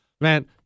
Man